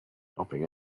stopping